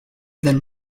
than